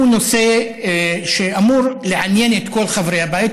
הוא נושא שאמור לעניין את כל חברי הבית,